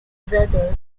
brother